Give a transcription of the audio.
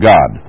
God